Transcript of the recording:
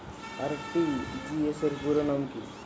RTGS পুরো নাম কি?